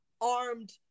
armed